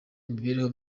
imibereho